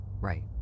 Right